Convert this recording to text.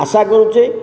ଆଶା କରୁଛି